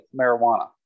marijuana